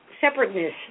separateness